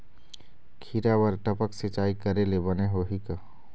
खिरा बर टपक सिचाई करे ले बने होही का?